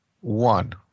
one